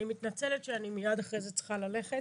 אני מתנצלת שאני מיד אחרי זה צריכה ללכת.